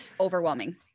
overwhelming